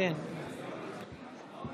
ההצעה הוסרה